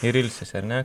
ir ilsisi ar ne